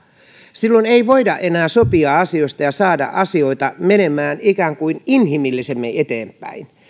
silloin ei voida enää sopia asioista ja saada asioita menemään ikään kuin inhimillisemmin eteenpäin